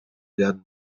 werden